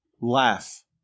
Laugh